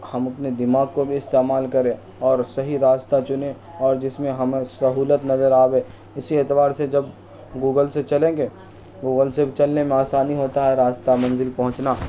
ہم اپنے دماغ کو بھی استعمال کریں اور صحیح راستہ چنیں اور جس میں ہمیں سہولت نظر آئے اسی اعتبار سے جب گوگل سے چلیں گے گوگل سے چلنے میں آسانی ہوتا ہے راستہ منزل پہنچنا